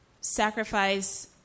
sacrifice